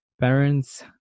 parents